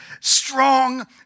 strong